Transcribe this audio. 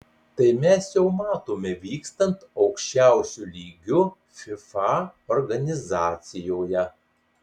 tai mes jau matome vykstant aukščiausiu lygiu fifa organizacijoje